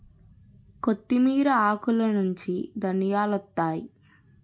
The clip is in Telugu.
కొత్తిమీర ఆకులనుంచి ధనియాలొత్తాయి